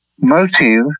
motive